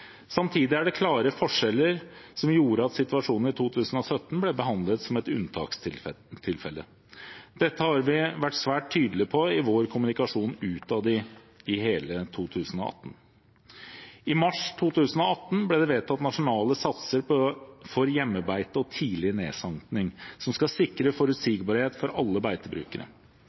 Samtidig er det klare forskjeller som gjorde at situasjonen i 2017 ble behandlet som et unntakstilfelle. Dette har vi vært svært tydelige på i vår kommunikasjon utad i hele 2018. I mars 2018 ble det vedtatt nasjonale satser for hjemmebeite og tidlig nedsanking, som skal sikre forutsigbarhet for alle beitebrukere.